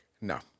no